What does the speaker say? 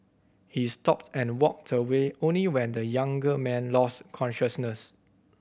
he stopped and walked away only when the younger man lost consciousness